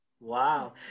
wow